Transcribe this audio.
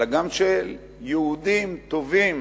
אלא גם של יהודים טובים